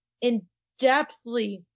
in-depthly